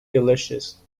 delicious